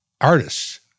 artists